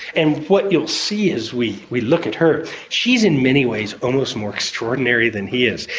and what you'll see, as we we look at her, she is in many ways almost more extraordinary than he is.